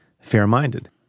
fair-minded